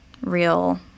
real